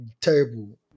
terrible